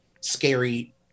scary